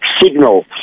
signal